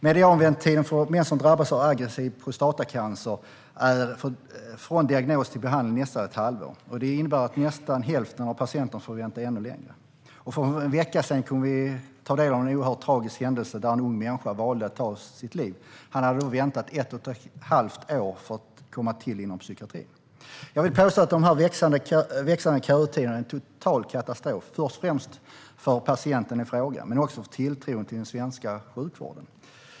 Medianväntetiden för män som drabbas av aggressiv prostatacancer är från diagnos till behandling nästan ett halvår. Det innebär att nästan hälften av patienterna får vänta ännu längre. För en vecka sedan kunde vi ta del av en oerhört tragisk händelse där en ung människa valde att ta sitt liv. Han hade då väntat i ett och ett halvt år för att få komma till psykiatrin. Jag vill påstå att de växande kötiderna är en total katastrof, först och främst för patienterna i fråga men också för tilltron till den svenska sjukvården.